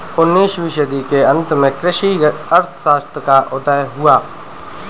उन्नीस वीं सदी के अंत में कृषि अर्थशास्त्र का उदय हुआ